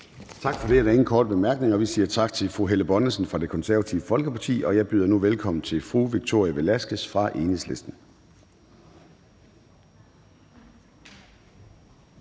Tak for det. Der er ingen korte bemærkninger. Vi siger tak til fru Helle Bonnesen fra Det Konservative Folkeparti. Jeg byder nu velkommen til fru Victoria Velasquez fra Enhedslisten.